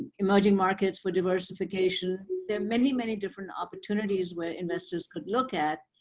emerging markets with diversification. many, many different opportunities where investors could look at.